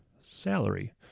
salary